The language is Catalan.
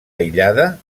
aïllada